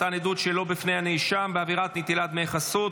מתן עדות שלא בפני הנאשם בעבירת נטילת דמי חסות),